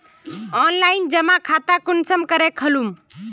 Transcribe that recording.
Online जमा खाता कुंसम करे खोलूम?